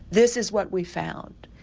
this is what we found,